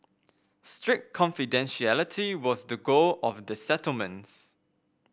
strict confidentiality was the goal of the settlements